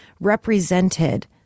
represented